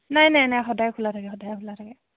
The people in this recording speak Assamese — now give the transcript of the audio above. নাই নাই নাই সদায় খোলা থাকে সদায় খোলা থাকে